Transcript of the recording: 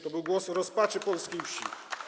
To był głos rozpaczy polskiej wsi.